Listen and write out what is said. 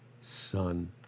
son